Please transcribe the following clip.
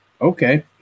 okay